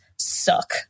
suck